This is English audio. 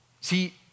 See